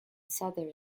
southern